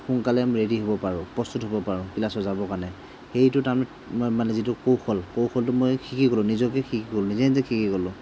সোনকালে ৰেডি হ'ব পাৰোঁ প্ৰস্তুত হ'ব পাৰোঁ ক্লাছত যাবৰ কাৰণে সেইটো তাৰমানে মানে যিটো কৌশল কৌশলটো মই শিকি গলোঁ নিজকে শিকি গলোঁ নিজে নিজে শিকি গলোঁ